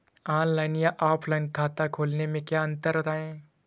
Online या offline खाता खोलने में क्या अंतर है बताएँ?